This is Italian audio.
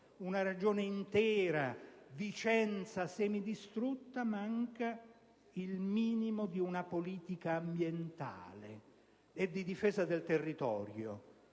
una Regione intera, e Vicenza è semidistrutta - manca del tutto il minimo di una politica ambientale e di difesa del territorio.